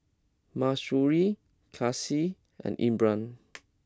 Mahsuri Kasih and Imran